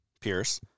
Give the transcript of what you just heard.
Pierce